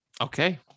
Okay